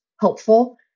helpful